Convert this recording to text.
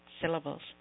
syllables